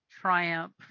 triumph